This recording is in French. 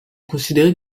considéré